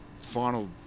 final